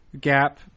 gap